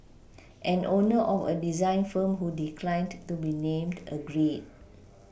an owner of a design firm who declined to be named agreed